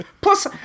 Plus